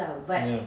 ya